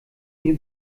wir